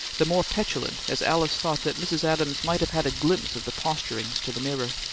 the more petulant as alice thought that mrs. adams might have had a glimpse of the posturings to the mirror.